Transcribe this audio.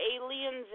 aliens